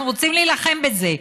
אנחנו רוצים להילחם בזה,